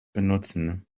benutzen